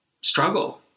struggle